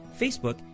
Facebook